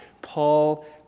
Paul